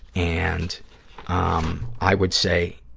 and i would say,